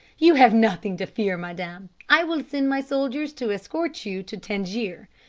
you have nothing to fear, madame. i will send my soldiers to escort you to tangier.